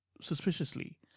suspiciously